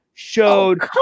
Showed